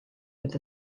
with